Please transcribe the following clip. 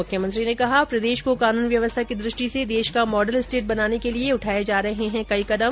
मुख्यमंत्री ने कहा प्रदेश को कानून व्यवस्था की दृष्टि से देश का मॉडल स्टेट बनाने के लिये उठाये जा रहे है कई कदम